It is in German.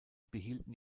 behielten